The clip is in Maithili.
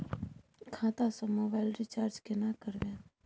खाता स मोबाइल रिचार्ज केना करबे?